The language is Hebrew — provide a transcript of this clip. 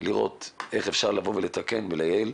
כדי לראות איך אפשר לתקן ולייעל.